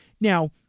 Now